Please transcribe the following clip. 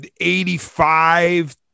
85